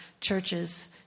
churches